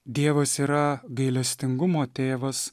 dievas yra gailestingumo tėvas